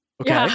okay